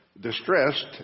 distressed